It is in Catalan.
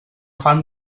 fan